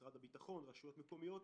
משרד הביטחון ורשויות מקומיות.